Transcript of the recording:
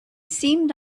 seemed